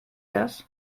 das